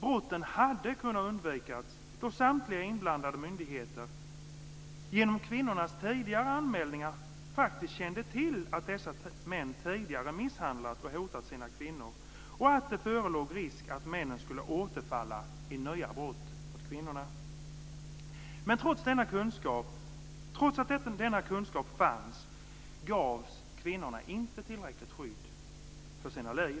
Brotten hade kunnat undvikas då samtliga inblandade myndigheter, genom kvinnornas tidigare anmälningar, faktiskt kände till att dessa män tidigare hade misshandlat och hotat sina kvinnor och att det förelåg risk att männen skulle återfalla i nya brott mot kvinnorna. Men trots att denna kunskap fanns fick kvinnorna inte tillräckligt skydd för sina liv.